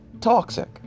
Toxic